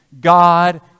God